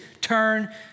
turn